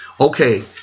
Okay